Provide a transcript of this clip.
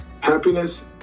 Happiness